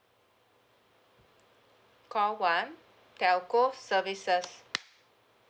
call one telco services